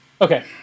Okay